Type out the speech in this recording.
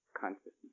consciousness